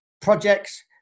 projects